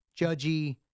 Judgy